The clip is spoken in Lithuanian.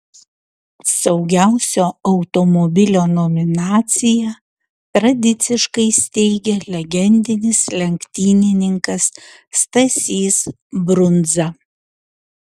saugiausio automobilio nominaciją tradiciškai steigia legendinis lenktynininkas stasys brundza